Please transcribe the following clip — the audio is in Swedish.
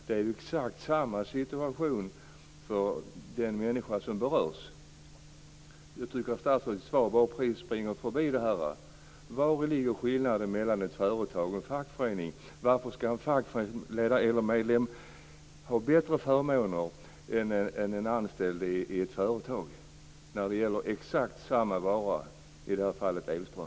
Det är ju exakt samma situation för den människa som berörs. Jag tycker att statsrådets svar springer förbi det här. Vari ligger skillnaden mellan ett företag och en fackförening? Varför skall en fackföreningsmedlem ha bättre förmåner än en anställd i ett företag när det gäller exakt samma vara, i det här fallet elström?